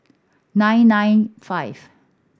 nine nine five